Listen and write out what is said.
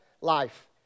life